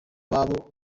zabo